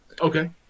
Okay